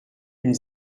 une